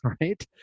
right